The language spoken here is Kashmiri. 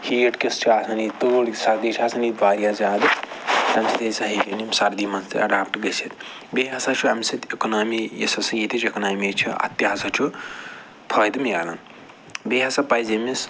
ہیٖٹ کِژھ چھِ آسان ییٚتہِ تۭر کِژھ یہِ سردی چھِ آسان ییٚتہِ واریاہ زیادٕ ہیٚکن یِم سردی مَنٛز تہِ اٮ۪ڈاپٹ گٔژھِتھ بیٚیہِ ہَسا چھُ اَمہِ سۭتۍ اِکنامی یُس ہَسا ییٚتِچ اکنامی چھِ اتھ تہِ ہَسا چھُ فٲیدٕ مِلان بیٚیہِ ہَسا پَزِ أمِس